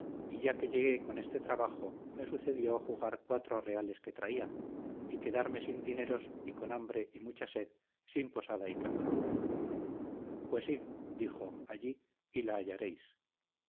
y ya que llegué con este trabajo me sucedió jugar cuatro reales que traía y quedarme sin dineros y con hambre y mucha sed sin posada y cama pues id dijo allí y la hallaréis